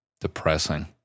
Depressing